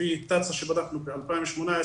לפי תצ"א שבדקנו ב- 2018,